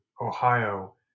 Ohio